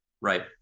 right